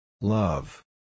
Love